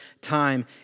time